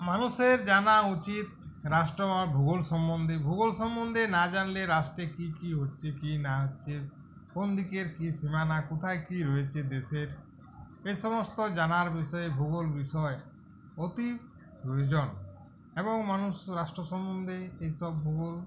মানুষের জানা উচিত রাষ্ট্র বা ভূগোল সম্বন্ধে ভূগোল সম্বন্ধে না জানলে রাষ্ট্রে কী কী হচ্ছে কী না হচ্ছে কোন দিকের কী স্থান আর কোথায় কী রয়েছে দেশের এই সমস্ত জানার বিষয় ভূগোল বিষয় অতি প্রয়োজন এবং মানুষ রাষ্ট্র সম্বন্ধে এইসব ভূগোল